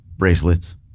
bracelets